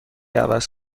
عوض